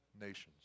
nations